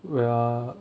ya